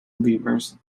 lemurs